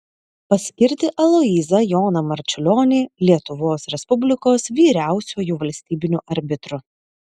paskirti aloyzą joną marčiulionį lietuvos respublikos vyriausiuoju valstybiniu arbitru